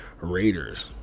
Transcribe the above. Raiders